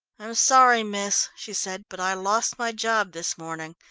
i'm sorry miss, she said, but i lost my job this morning.